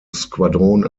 squadron